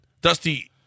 Dusty